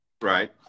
Right